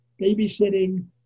babysitting